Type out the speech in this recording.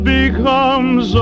becomes